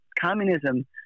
communism